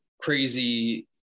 crazy